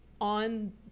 on